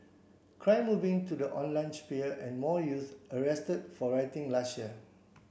crime moving to the online sphere and more youths arrested for rioting last year